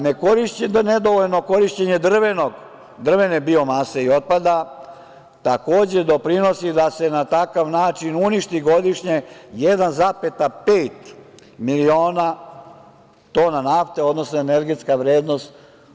Ne korišćenje i nedovoljno korišćenje drvene biomase i otpada, takođe, doprinosi da se na takav način uništi godišnje 1,5 miliona tona nafte, odnosno energetska vrednost.